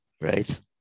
Right